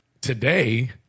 Today